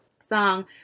song